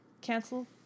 Cancel